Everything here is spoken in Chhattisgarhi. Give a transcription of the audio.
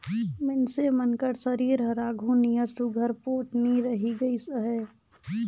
मइनसे मन कर सरीर हर आघु नियर सुग्घर पोठ नी रहि गइस अहे